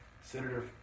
Senator